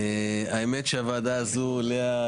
האמת שבוועדה הזאת לאה,